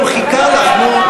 הוא חיכה לך, נו.